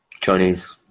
Chinese